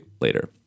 later